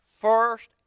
first